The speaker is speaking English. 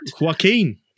Joaquin